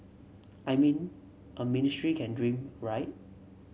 I mean a ministry can dream right